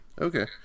okay